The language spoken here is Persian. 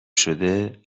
شده